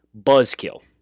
Buzzkill